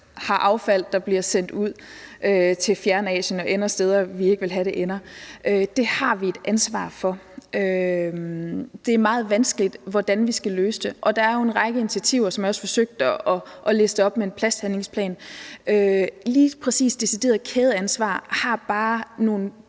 har affald, der bliver sendt ud til Fjernøsten og ender steder, vi ikke vil have det ender. Det har vi et ansvar for. Det er meget vanskeligt, hvordan vi skal løse det, og der er jo en række initiativer, som jeg også forsøgte at liste op, i forhold til en plasthandlingsplan. Lige præcis i forhold til decideret kædeansvar har vi bare nogle